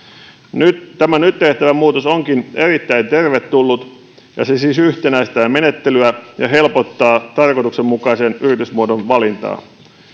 tämä nyt tehtävä muutos onkin erittäin tervetullut ja se siis yhtenäistää menettelyä ja helpottaa tarkoituksenmukaisen yritysmuodon valintaa